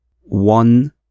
one